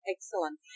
Excellent